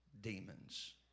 demons